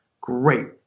Great